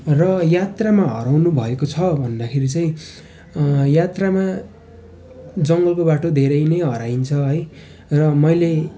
र यात्रामा हराउनुभएको छ भन्दाखेरि चाहिँ यात्रामा जङ्गलको बाटो धेरै नै हराइन्छ है र मैले